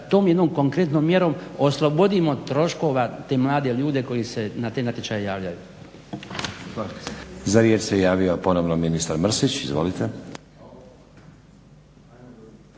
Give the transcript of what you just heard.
tom jednom konkretnom mjerom oslobodimo troškova te mlade ljude koji se na te natječaje javljaju.